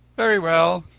very well.